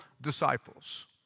disciples